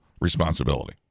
responsibility